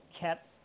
kept